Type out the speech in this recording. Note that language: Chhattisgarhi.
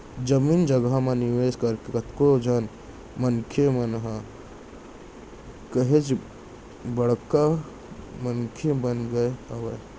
जमीन जघा म निवेस करके कतको झन मनसे मन ह काहेच बड़का मनसे बन गय हावय